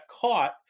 caught